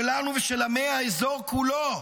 שלנו ושל עמי האזור כולו,